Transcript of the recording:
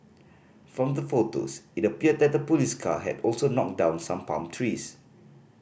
from the photos it appeared that the police car had also knocked down some palm trees